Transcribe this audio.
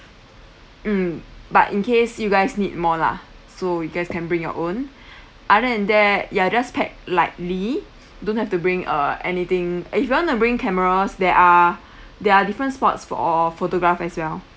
mm but in case you guys need more lah so you guys can bring your own other than that ya just pack lightly don't have to bring uh anything if you want to bring cameras there are there are different spots for photograph as well